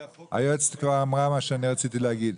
היועצת כבר אמרה את מה שאני רציתי להגיד,